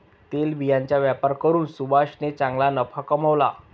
तेलबियांचा व्यापार करून सुभाषने चांगला नफा कमावला